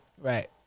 Right